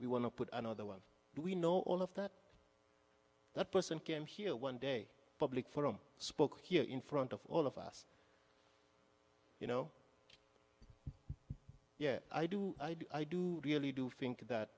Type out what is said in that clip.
we want to put another one we know all of that that person came here one day public forum spoke here in front of all of us you know yeah i do i do i do really do think that